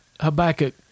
Habakkuk